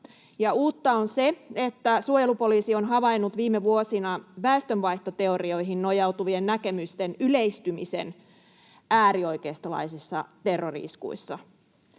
uutta on se, että suojelupoliisi on havainnut viime vuosina väestönvaihtoteorioihin nojautuvien näkemysten yleistymisen äärioikeistolaisissa terrori-iskuissa.